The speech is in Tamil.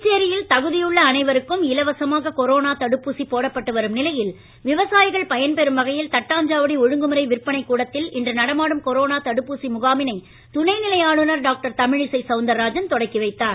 புதுச்சேரியில் தகுதியுள்ள அனைவருக்கும் இலவசமாக கொரோனா தடுப்பூசி போடப்பட்டு வரும் நிலையில் விவசாயிகள் பயன்பெறும் வகையில் தட்டாஞ்சாவடி ஒழுங்குழுறை விற்பனை கூடத்தில் இன்றுநடமாடும் கொரோனா தடுப்பூசி முகாமினை துணை நிலை ஆளுனர் டாக்டர் தமிழிசை சவுந்தராஜன் தொடங்கி வைத்தார்